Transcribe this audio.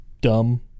dumb